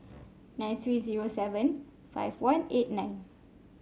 nine three zero seven five one eight nine